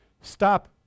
Stop